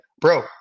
bro